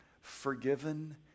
forgiven